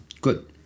Good